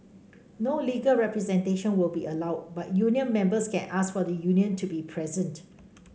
no legal representation will be allowed but union members can ask for the union to be present